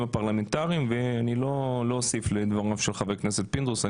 הפרלמנטריים ואני לא אוסיף לדבריו של חבר כנסת פינדרוס.